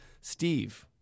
Steve